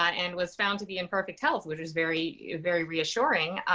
ah and was found to be in perfect health, which was very very reassuring.